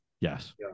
Yes